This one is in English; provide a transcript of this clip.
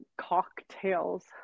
cocktails